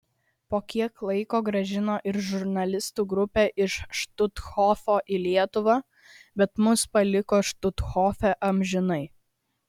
po kiek laiko grąžino ir žurnalistų grupę iš štuthofo į lietuvą bet mus paliko štuthofe amžinai